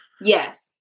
Yes